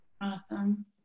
Awesome